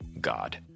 God